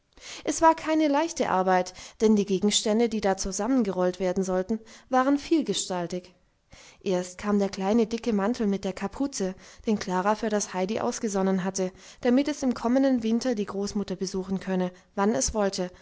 es war keine leichte arbeit denn die gegenstände die da zusammengerollt werden sollten waren vielgestaltig erst kam der kleine dicke mantel mit der kapuze den klara für das heidi ausgesonnen hatte damit es im kommenden winter die großmutter besuchen könnte wann es wollte